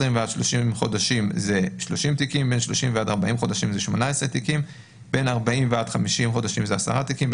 ל-30 חודשים 30 תיקים; 130בין 30 עד 40 חודשים 18 תיקים;